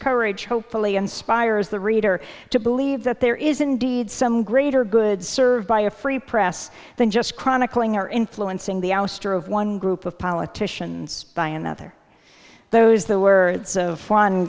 courage hopefully inspires the reader to believe that there is indeed some greater good served by a free press than just chronicling or influencing the ouster of one group of politicians by another those the words of